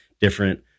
different